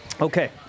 okay